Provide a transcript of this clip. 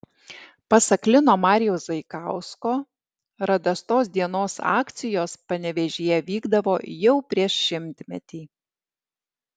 pasak lino marijaus zaikausko radastos dienos akcijos panevėžyje vykdavo jau prieš šimtmetį